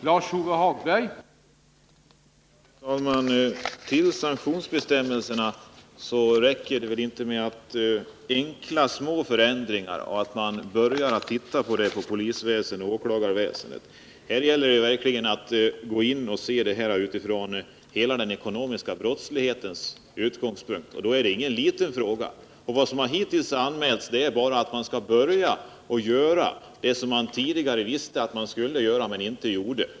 Herr talman! När det gäller sanktionsbestämmelserna räcker det inte med enkla små förändringar. Det räcker inte att man inom polisväsendet och åklagarväsendet börjar titta på det hela. Det gäller att gå in och studera det med utgångspunkt i hela den ekonomiska brottsligheten — och det är ingen liten fråga. Det som hittills har anmälts är att man skall börja göra det som man tidigare visste att man skulle göra men inte gjorde!